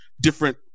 different